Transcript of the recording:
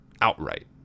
outright